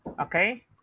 Okay